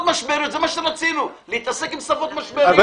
זה מה שרצינו, להתעסק עם שפות משבריות.